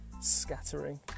scattering